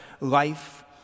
life